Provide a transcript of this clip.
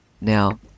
now